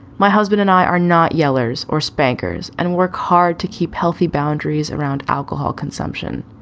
my husband and i are not yellers or spankers and work hard to keep healthy boundaries around alcohol consumption.